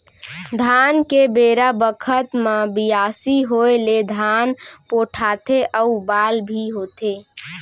धान के बेरा बखत म बियासी होय ले धान पोठाथे अउ बाल भी होथे